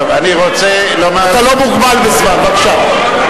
אתה לא מוגבל בזמן, בבקשה.